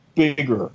Bigger